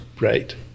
Right